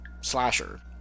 slasher